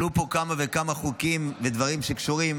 עלו פה כמה וכמה חוקים ודברים שקשורים